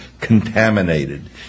contaminated